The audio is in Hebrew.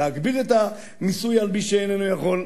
להגביל את המיסוי על מי שאיננו יכול,